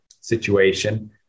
situation